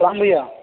प्रणाम भैया